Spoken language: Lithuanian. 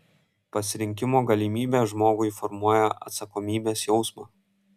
pasirinkimo galimybė žmogui formuoja atsakomybės jausmą